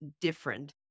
different